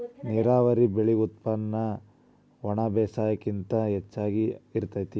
ನೇರಾವರಿ ಬೆಳೆ ಉತ್ಪನ್ನ ಒಣಬೇಸಾಯಕ್ಕಿಂತ ಹೆಚಗಿ ಇರತತಿ